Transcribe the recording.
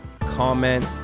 comment